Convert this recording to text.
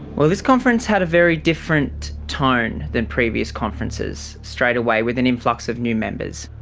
well this conference had a very different tone than previous conferences straight away with an influx of new members.